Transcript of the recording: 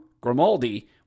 Grimaldi